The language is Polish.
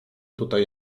tutaj